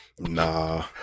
Nah